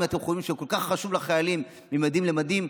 אם אתם חושבים שכל כך חשוב לחיילים ממדים ללימודים,